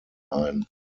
ein